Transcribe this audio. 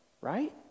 right